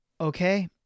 okay